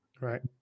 right